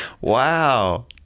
Wow